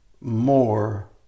more